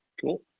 cool